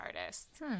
artists